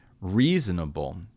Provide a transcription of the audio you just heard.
reasonable